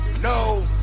no